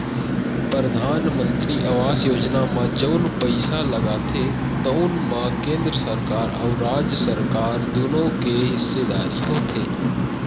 परधानमंतरी आवास योजना म जउन पइसा लागथे तउन म केंद्र सरकार अउ राज सरकार दुनो के हिस्सेदारी होथे